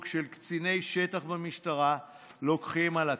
של קציני שטח במשטרה לוקחים על עצמם.